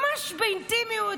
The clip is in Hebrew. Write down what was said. ממש באינטימיות,